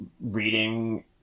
reading